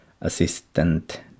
Assistant